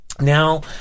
now